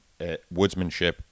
woodsmanship